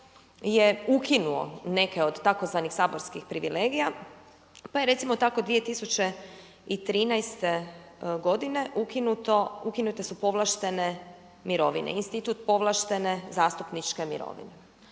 je ukinuo neke od tzv. saborskih privilegija. Pa je recimo tako 2013. godine ukinuto, ukinute su povlaštene mirovine, institut povlaštene zastupničke mirovine.